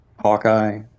Hawkeye